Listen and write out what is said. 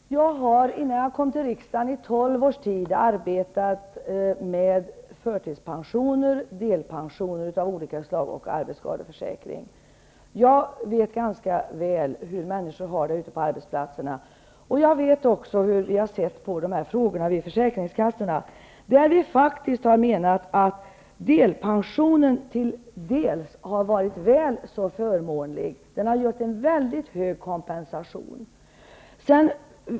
Fru talman! Jag har innan jag kom till riksdagen i tolv års tid arbetat med förtidspensioner, delpensioner av olika slag och arbetsskadeförsäkring. Jag vet ganska väl hur människor har det ute på arbetsplatserna, och jag vet också hur vi har sett på dessa frågor vid försäkringskassorna. Vi har menat att delpensionen till dels har varit väl så förmånlig och gett en mycket hög kompensation.